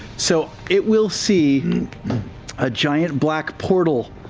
so it will see a giant black portal,